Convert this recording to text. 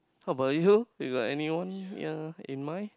how about you you got anyone yea in mind